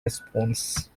response